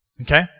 Okay